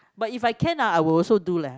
but if I can ah I will also do leh